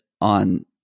on